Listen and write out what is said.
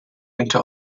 into